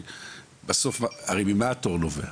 בסוף הרי ממה התור נובע?